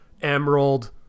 emerald